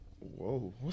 Whoa